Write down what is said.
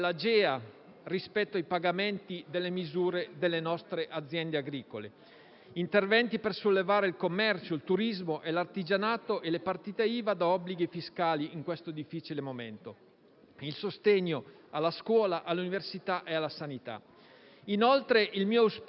rispetto ai pagamenti a favore delle nostre aziende agricole; agli interventi per sollevare il commercio, il turismo, l'artigianato e le partite IVA da obblighi fiscali in questo difficile momento; a misure a sostegno della scuola, dell'università e della sanità. Inoltre, il mio auspicio